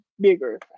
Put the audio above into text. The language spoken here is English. bigger